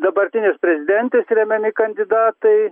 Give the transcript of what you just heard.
dabartinės prezidentės remiami kandidatai